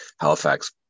Halifax